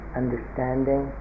understanding